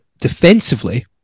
defensively